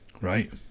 right